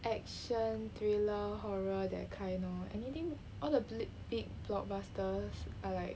action thriller horror that kind lor anything all the blip~ big blockbusters or like